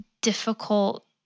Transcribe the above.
difficult